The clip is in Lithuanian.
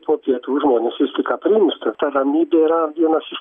po pietų žmonės vistik aprimsta ta ramybė yra vienas iš